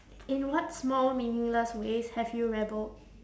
in what small meaningless ways have you rebelled